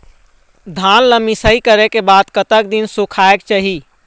धान ला मिसाई करे के बाद कतक दिन सुखायेक चाही?